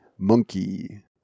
Monkey